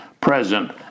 present